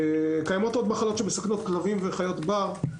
קיימות עוד מחלות שמסכנות כלבים וחיות בר,